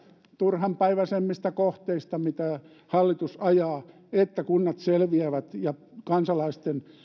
turhanpäiväisemmistä kohteista mitä hallitus ajaa että kunnat selviävät ja kansalaisten